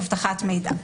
אבטחת מידע.